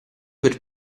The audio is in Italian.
per